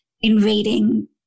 invading